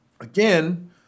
Again